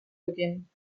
beginnen